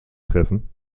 treffen